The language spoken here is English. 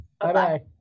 Bye-bye